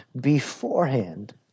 beforehand